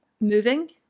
moving